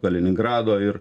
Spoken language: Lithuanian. kaliningrado ir